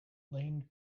lane